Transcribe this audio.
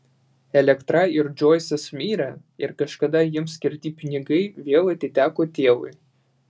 elektra ir džoisas mirė ir kažkada jiems skirti pinigai vėl atiteko tėvui